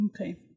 Okay